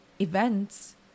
events